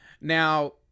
Now